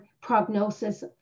prognosis